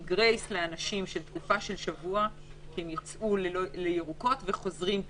עם גרייס לתקופה של שבוע לאנשים שיצאו לירוקות ופתאום חוזרים מאדומות.